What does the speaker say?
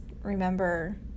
remember